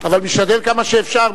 אבל משתדל כמה שאפשר,